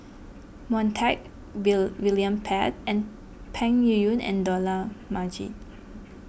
Montague William Pett and Peng Yuyun and Dollah Majid